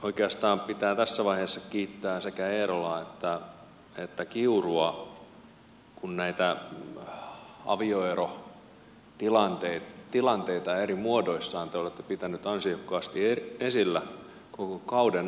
oikeastaan pitää tässä vaiheessa kiittää sekä eerolaa että kiurua kun näitä avioerotilanteita eri muodoissaan te olette pitäneet ansiokkaasti esillä koko kauden ajan